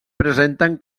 presenten